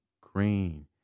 green